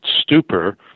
stupor